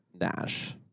Nash